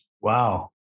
Wow